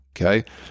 okay